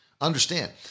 Understand